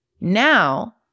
now